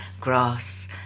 grass